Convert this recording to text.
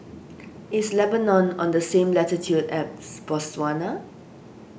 is Lebanon on the same latitude as Botswana